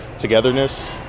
togetherness